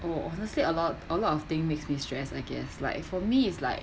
oh honestly a lot a lot of thing makes me stress I guess like for me is like